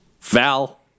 Val